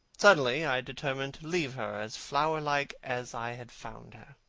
suddenly i determined to leave her as flowerlike as i had found her.